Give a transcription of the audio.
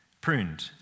pruned